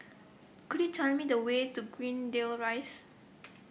could you tell me the way to Greendale Rise